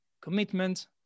commitment